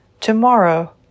Tomorrow